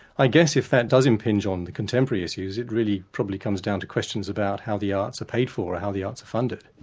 i guess if that does impinge on the contemporary issues, it really probably comes down to questions about how the arts are paid for, or how the arts are funded.